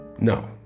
no